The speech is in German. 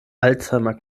alzheimer